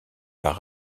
par